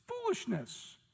foolishness